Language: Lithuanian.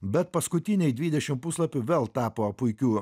bet paskutiniai dvidešimt puslapių vėl tapo puikiu